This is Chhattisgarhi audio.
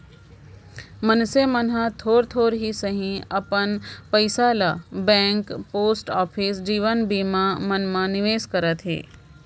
मनसे मन ह थोक थोक ही सही अपन पइसा ल बेंक, पोस्ट ऑफिस, जीवन बीमा मन म निवेस करत हे